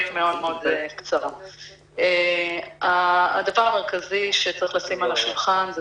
הדבר המרכזי שצריך לשים על השולחן זה